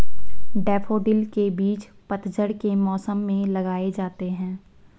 daffodil के बीज पतझड़ के मौसम में लगाए जाते हैं